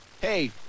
hey